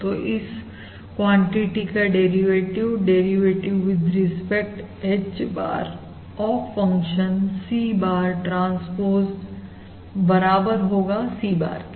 तो इसक्वांटिटी का derivative derivative with respect H bar of function C bar transpose बराबर होगा C bar के